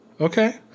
Okay